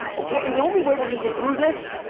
okay, and the only way we're gonna get through this,